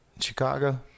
Chicago